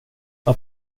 vad